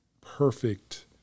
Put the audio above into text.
perfect